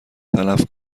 تلف